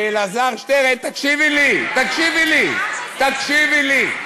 ואלעזר שטרן, אני גאה בזה, תקשיבי לי, תקשיבי לי.